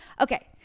Okay